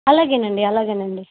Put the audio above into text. అలాగేనండి అలాగేనండి